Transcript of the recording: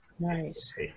Nice